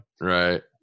Right